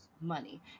money